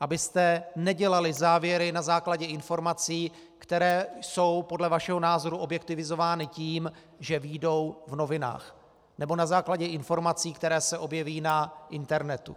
abyste nedělali závěry na základě informací, které jsou podle vašeho názoru objektivizovány tím, že vyjdou v novinách, nebo na základě informací, které se objeví na internetu.